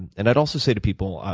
and and i'd also say to people,